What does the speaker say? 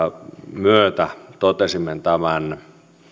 myötä totesimme tämän